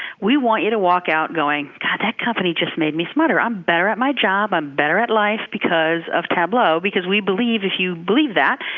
we want you to walk out going, god, that company just made me smarter. i'm better at my job. i'm better at life because of tableau. we believe if you believe that,